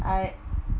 I